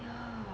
ya